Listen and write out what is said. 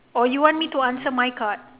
or you want me to answer my card